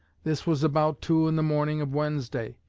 this was about two in the morning of wednesday.